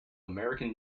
american